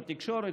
בתקשורת,